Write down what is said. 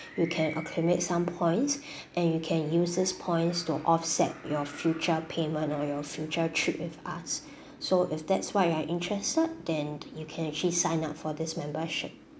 you can accumulate some points and you can use this points to offset your future payment or your future trip with us so if that's what you are interested then you can actually sign up for this membership